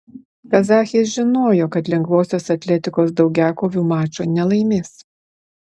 kazachės žinojo kad lengvosios atletikos daugiakovių mačo nelaimės